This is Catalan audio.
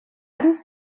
any